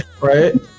right